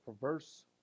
perverse